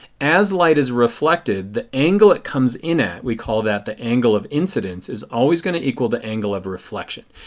as light is reflected the angle it comes in at, we call that the angle of incidence, is always going to equal the angle of reflection.